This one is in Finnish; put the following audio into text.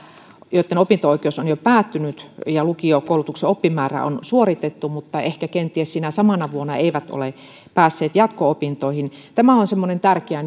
joitten opinto oikeus on jo päättynyt ja lukiokoulutuksen oppimäärä on suoritettu mutta jotka ehkä kenties sinä samana vuonna eivät ole päässeet jatko opintoihin tämä on semmoinen tärkeä